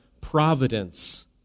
providence